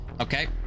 Okay